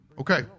Okay